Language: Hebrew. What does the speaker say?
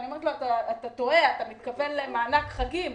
אמרתי לו: אתה טועה, אתה מתכוון למענק חגים.